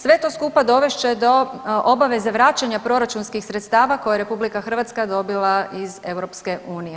Sve to skupa dovest će do obaveze vraćanja proračunskih sredstava koje je RH dobila iz EU.